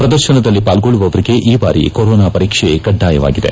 ಪ್ರದರ್ಶನದಲ್ಲಿ ಪಾಲ್ಗೊಳ್ಳುವವರಿಗೆ ಈ ಬಾರಿ ಕೋರೋನಾ ಪರೀಕ್ಷೆ ಕಡ್ಡಾಯವಾಗಿದೆ